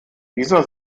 dieser